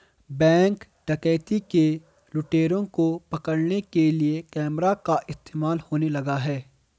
Bank डकैती के लुटेरों को पकड़ने के लिए कैमरा का इस्तेमाल होने लगा है?